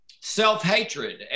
self-hatred